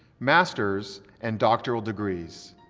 master's, and doctoral degrees.